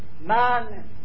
man